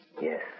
Yes